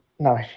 No